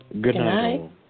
Goodnight